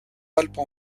alpes